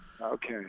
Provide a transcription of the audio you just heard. Okay